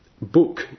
book